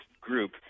group